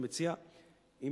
אני מציע,